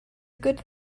good